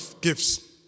gifts